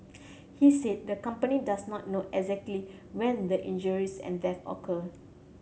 he said the company does not know exactly when the injuries and death occur